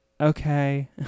okay